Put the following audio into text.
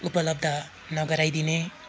उपलब्ध नगराइदिने